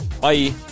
Bye